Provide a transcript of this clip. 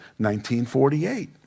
1948